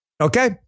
okay